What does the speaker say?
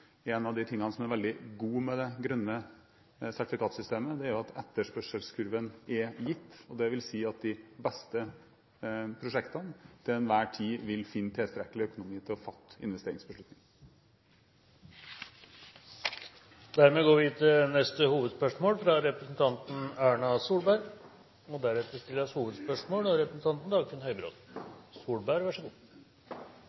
en av de tingene som er veldig bra med det grønne sertifikat-systemet, er at etterspørselskurven er gitt, dvs. at de beste prosjektene til enhver tid vil finne tilstrekkelig økonomi til å fatte investeringsbeslutninger. Vi går til neste hovedspørsmål Vi får nå hver eneste dag gjennom nyhetssendingene mer og mer dystre rapporter om det som foregår i Syria, en situasjon hvor vi i løpet av